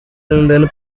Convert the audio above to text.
andando